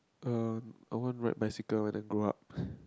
er I won't ride bicycle when I grow up